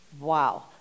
Wow